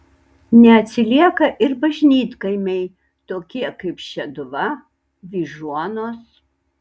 neatsilieka ir bažnytkaimiai tokie kaip šeduva vyžuonos